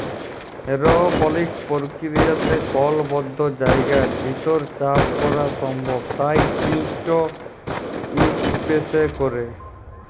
এরওপলিক্স পর্কিরিয়াতে কল বদ্ধ জায়গার ভিতর চাষ ক্যরা সম্ভব তাই ইট ইসপেসে ক্যরে